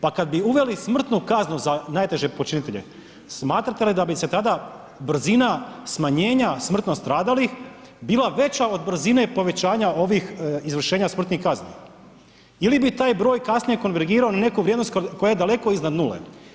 Pa kad bi uveli smrtnu kaznu za najteže počinitelje, smatrate li da bi se tada brzina smanjenja smrtno stradalih bila veća od brzine povećanja ovih izvršenja smrtnih kazni ili bi taj broj kasnije konvergirali u neku vrijednost koja je daleko iznad nule.